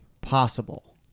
possible